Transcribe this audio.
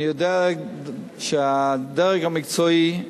אני יודע שהדרג המקצועי,